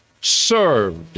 served